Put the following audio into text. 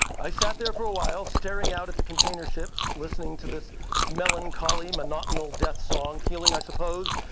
i sat there for a while staring out at the container ships, listening to this melancholy, monotonous death song, feeling, i suppose,